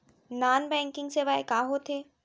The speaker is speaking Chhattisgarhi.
नॉन बैंकिंग सेवाएं का होथे